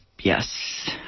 yes